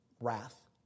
wrath